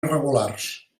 irregulars